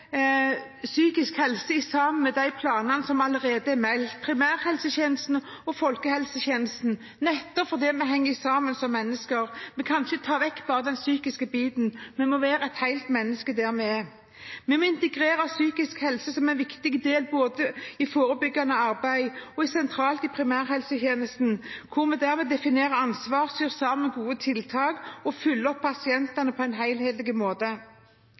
psykisk helse i sammenheng med de planene som allerede er meldt for primærhelsetjenesten og folkehelsetjenesten, nettopp fordi vi henger sammen som mennesker. Vi kan ikke ta vekk bare den psykiske biten, vi må være hele mennesker der vi er. Vi må integrere psykisk helse som en viktig del både i forebyggende arbeid og sentralt i primærhelsetjenesten, hvor vi derved definerer ansvar, syr sammen gode tiltak og følger opp pasientene på en helhetlig måte.